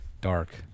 dark